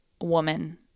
woman